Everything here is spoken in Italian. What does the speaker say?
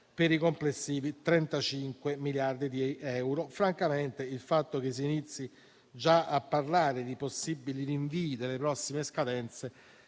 per i complessivi 35 miliardi di euro. Francamente il fatto che si inizi già a parlare di possibili rinvii delle prossime scadenze